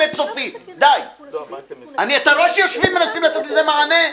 אתה רואה שיושבים אנשים לתת לזה מענה.